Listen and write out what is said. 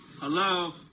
Hello